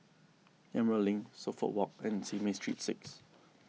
Emerald Link Suffolk Walk and Simei Street six